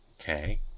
Okay